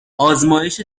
آزمایش